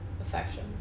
Affection